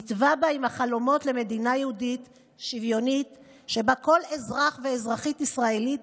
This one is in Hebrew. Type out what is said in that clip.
נטבע בה עם החלום למדינה יהודית שוויונית שבה כל אזרח ואזרחית ישראלית